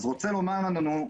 רוצה לומר לנו,